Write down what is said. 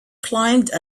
climbed